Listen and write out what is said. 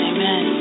Amen